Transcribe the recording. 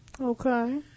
Okay